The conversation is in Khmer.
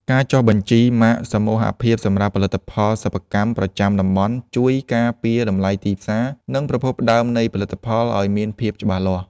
ការចុះបញ្ជីម៉ាកសមូហភាពសម្រាប់ផលិតផលសិប្បកម្មប្រចាំតំបន់ ជួយការពារតម្លៃទីផ្សារ និងប្រភពដើមនៃផលិតផលឱ្យមានភាពច្បាស់លាស់។